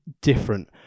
different